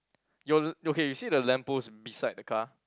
your okay you see the lamppost beside the car